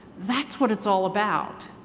that's what it's all about.